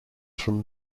from